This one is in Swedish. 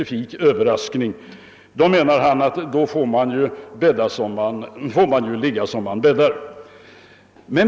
Herr Gustafson menade emellertid att man under sådana förhållanden får ligga som man bäddar.